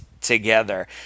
together